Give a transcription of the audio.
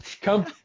Come